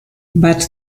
but